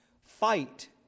Fight